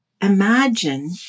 Imagine